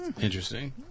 Interesting